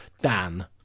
Dan